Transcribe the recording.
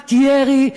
תחת ירי,